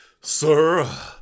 Sir